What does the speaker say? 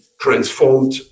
transformed